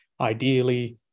ideally